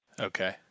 Okay